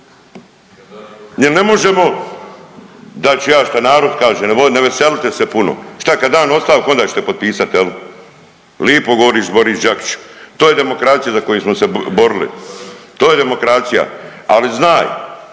se ne razumije/…Dat ću ja šta narod kaže, ne veselite se puno, šta kad dam ostavku onda ćete potpisat jel? Lipo govoriš Borić Đakiću, to je demokracija za koju smo se borili, to je demokracija, ali znaj